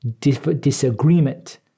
disagreement